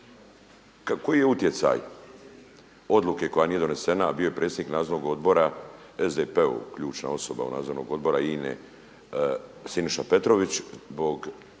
Koji je utjecaj odluke koja nije donesena, a bio je predsjednik nadzornog odbora SDP-ova ključna osoba Nadzornog odbora INA-e Siniša Petrović koji